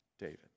David